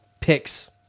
picks